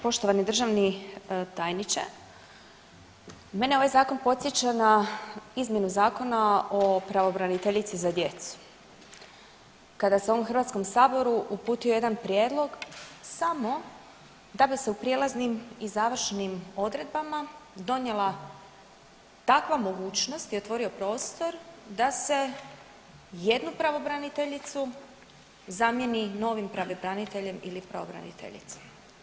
Poštovani državni tajniče, mene ovaj zakon podsjeća na izmjenu Zakona o pravobraniteljici za djecu kada se ovom HS uputio jedan prijedlog samo da bi se u prijelaznim i završnim odredbama donijela takva mogućnosti i otvorio prostor da se jednu pravobraniteljicu zamijeni novim pravobraniteljem ili pravobraniteljicom.